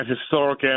historic